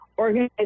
organize